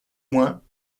moins